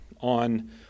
on